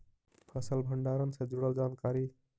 फसल भंडारन से जुड़ल जानकारी?